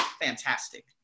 fantastic